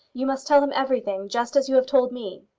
you must tell him everything, just as you have told me.